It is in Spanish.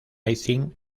leipzig